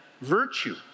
virtue